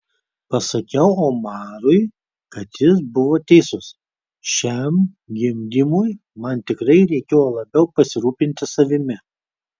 pasakiau omarui kad jis buvo teisus šiam gimdymui man tikrai reikėjo labiau pasirūpinti savimi